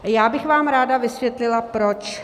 Já bych vám ráda vysvětlila, proč.